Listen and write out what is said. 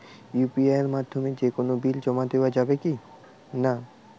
UPI এর মাধ্যমে যে কোনো বিল জমা দেওয়া যাবে কি না?